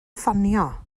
ffonio